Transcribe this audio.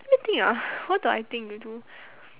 let me think ah what do I think you do